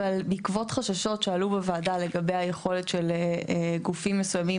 אבל בעקבות חששות שעלו בוועדה לגבי היכולת של גופים מסוימים